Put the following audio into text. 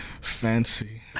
fancy